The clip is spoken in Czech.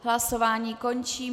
Hlasování končím.